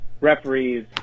Referees